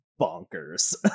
bonkers